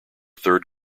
third